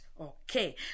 Okay